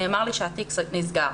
נאמר לי שהתיק נסגר.